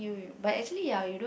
but actually ah you don't